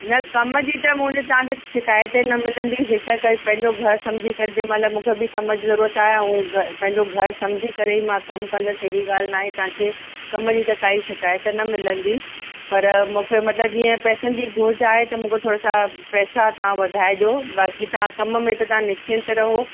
न कम जी त मुंहिंजी तव्हांखे शिकायत ई न मिलंदी हिक हिक पंहिंजो घर सम्झी करे जंहिं महिल मूंखे बि कम जी ज़रूरत आहे ऐं घ पंहिंजो घरु सम्झी करे ई मां कमु कंदसि अहिड़ी ॻाल्हि न आहे तव्हांखे कम जी त काई शिकायत न मिलंदी पर मूंखे मतिलब जीअं पैसनि जी घुर्ज आहे त मूंखे थोरा सां पैसा तव्हां वधाए ॾियो बाक़ी तव्हां कम में त तव्हां निश्चिंत रहियो